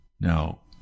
now